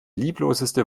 liebloseste